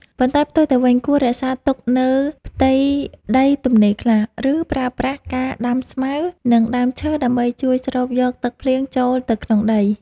ប៉ុន្តែផ្ទុយទៅវិញ គួររក្សាទុកនូវផ្ទៃដីទំនេរខ្លះ ឬប្រើប្រាស់ការដាំស្មៅ និងដើមឈើដើម្បីជួយស្រូបយកទឹកភ្លៀងចូលទៅក្នុងដី។